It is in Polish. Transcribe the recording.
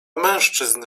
mężczyzn